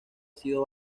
sido